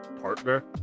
partner